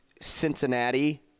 Cincinnati